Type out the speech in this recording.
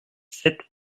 sept